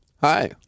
Hi